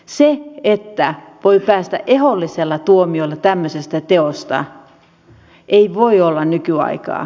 se että voi päästä ehdollisella tuomiolla tämmöisestä teosta ei voi olla nykyaikaa